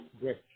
great